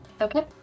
okay